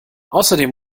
außerdem